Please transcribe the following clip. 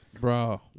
Bro